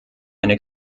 eine